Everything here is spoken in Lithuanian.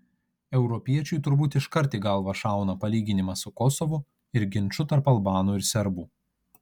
europiečiui turbūt iškart į galvą šauna palyginimas su kosovu ir ginču tarp albanų ir serbų